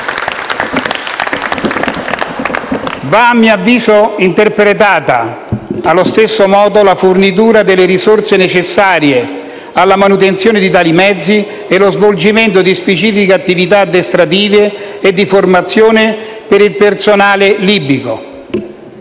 Va, a mio avviso, interpretata allo stesso modo la fornitura delle risorse necessarie alla manutenzione di tali mezzi e lo svolgimento di specifiche attività addestrative e di formazione per il personale libico.